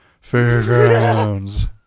fairgrounds